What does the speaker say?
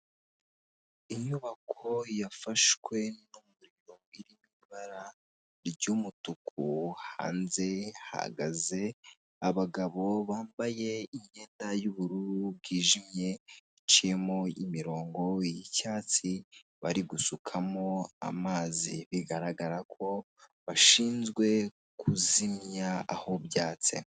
Inyubako yafashwe n'umuriro iri mu ibara ry'umutuku, hanze hahagaze abagabo bambaye imyenda y'ubururu bwijimye iciyemo imirongo y'icyatsi bari gusukamo amazi bigaragara ko bashinzwe kuzimya aho byatse.